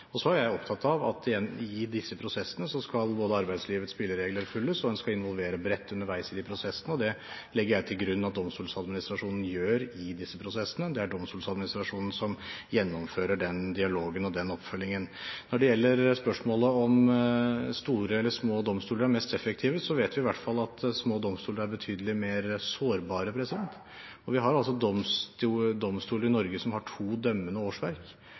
Så er jeg opptatt av at i disse prosessene skal både arbeidslivets spilleregler følges og en skal involvere bredt underveis i prosessene, og det legger jeg til grunn at Domstoladministrasjonen gjør. Det er Domstoladministrasjonen som gjennomfører den dialogen og den oppfølgingen. Når det gjelder spørsmålet om store eller små domstoler er mest effektive, så vet vi i hvert fall at små domstoler er betydelig mer sårbare. Vi har altså domstoler i Norge som har to dømmende årsverk,